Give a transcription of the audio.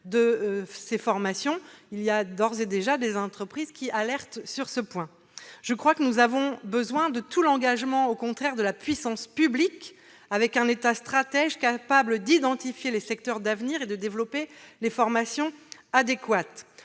de ces formations. D'ores et déjà, des entreprises alertent à cet égard. Nous avons besoin de tout l'engagement de la puissance publique, d'un État stratège capable d'identifier les secteurs d'avenir et de développer les formations adéquates.